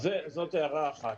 זאת הערה אחת.